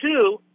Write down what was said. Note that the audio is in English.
two